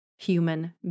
human